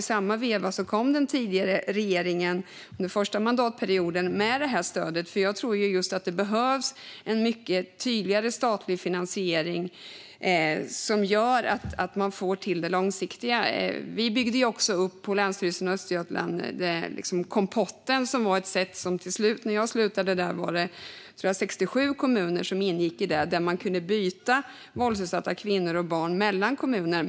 I samma veva lade den tidigare regeringen under sin första mandatperiod fram stödet. Jag tror att det behövs en mycket tydligare statlig finansiering för att få en långsiktighet. På Länsstyrelsen Östergötland byggde vi upp Kompotten. När jag slutade där ingick 67 kommuner i Kompotten. De kunde byta våldsutsatta kvinnor och barn mellan kommunerna.